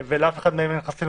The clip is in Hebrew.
ולאף אחד מהם אין חסינות,